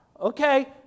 Okay